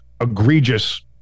egregious